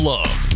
Love